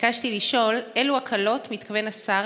ביקשתי לשאול: אילו הקלות מתכוון השר